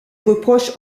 reproches